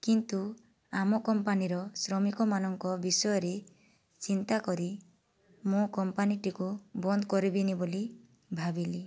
କିନ୍ତୁ ଆମ କମ୍ପାନୀର ଶ୍ରମିକମାନଙ୍କ ବିଷୟରେ ଚିନ୍ତା କରି ମୁଁ କମ୍ପାନୀଟିକୁ ବନ୍ଦ କରିବିନି ବୋଲି ଭାବିଲି